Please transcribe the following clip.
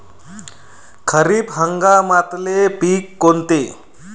खरीप हंगामातले पिकं कोनते?